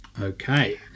Okay